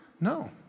No